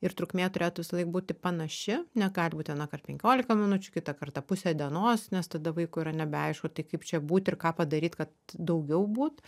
ir trukmė turėtų visąlaik būti panaši negali būti vienąkart penkiolika minučių kitą kartą pusė dienos nes tada vaikui yra nebeaišku tai kaip čia būti ir ką padaryt kad daugiau būt